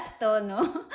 no